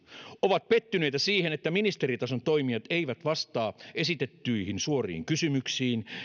ovat pettyneitä siihen että ministeritason toimijat eivät vastaa esitettyihin suoriin kysymyksiin